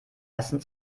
ersten